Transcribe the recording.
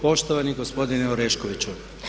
Poštovani gospodine Oreškoviću.